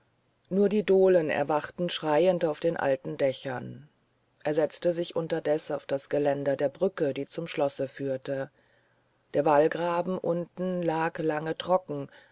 nur die dohlen erwachten schreiend auf den alten dächern er setzte sich unterdes auf das geländer der brücke die zum schlosse führte der wallgraben unten lag lange trocken